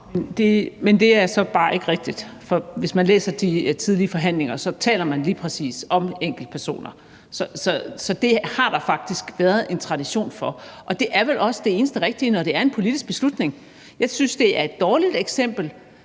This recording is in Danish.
Men det er så bare ikke rigtigt. For hvis man læser de tidlige forhandlinger, taler man lige præcis om enkeltpersoner. Så det har der faktisk været en tradition for. Og det er vel også det eneste rigtige, når det er en politisk beslutning. Jeg synes, det er et dårligt eksempel